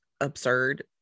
absurd